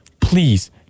please